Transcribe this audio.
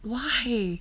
why